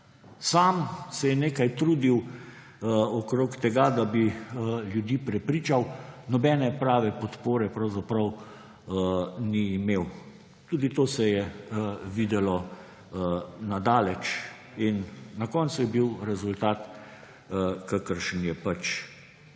Sam se je nekaj trudil okrog tega, da bi ljudi prepričal, nobene prave podpore pravzaprav ni imel. Tudi to se je videlo na daleč in na koncu je bil rezultat, kakršen je bil.